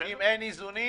אם אין איזונים